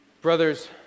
Brothers